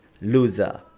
loser